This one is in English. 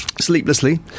sleeplessly